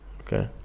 Okay